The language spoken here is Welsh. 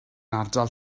ardal